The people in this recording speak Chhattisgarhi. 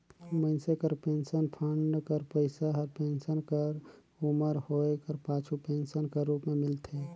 मइनसे कर पेंसन फंड कर पइसा हर पेंसन कर उमर होए कर पाछू पेंसन कर रूप में मिलथे